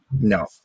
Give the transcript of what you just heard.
No